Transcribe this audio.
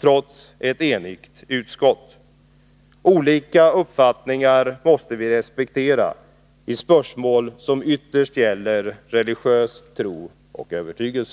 trots ett enigt utskott. Olika uppfattningar måste vi respektera, i spörsmål som ytterst gäller religiös tro och övertygelse.